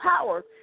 power